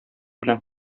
белән